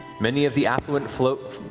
many of the affluent whoa,